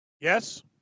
Yes